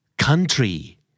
Country